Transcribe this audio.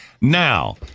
now